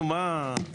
נו מה.